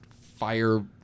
fire